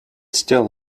still